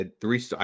three